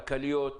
כלכליות.